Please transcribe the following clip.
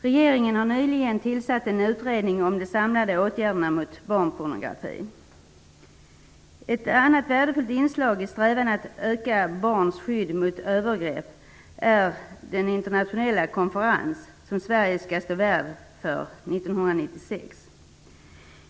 Regeringen har nyligen tillsatt en utredning om de samlade åtgärderna mot barnpornografi. Ett annat värdefullt inslag i strävan att öka barns skydd mot övergrepp är den internationella konferens som Sverige skall vara värd för 1996.